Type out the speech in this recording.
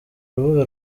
urubuga